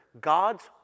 God's